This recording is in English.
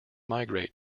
migrate